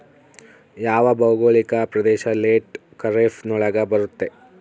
ಯಾವ ಭೌಗೋಳಿಕ ಪ್ರದೇಶ ಲೇಟ್ ಖಾರೇಫ್ ನೊಳಗ ಬರುತ್ತೆ?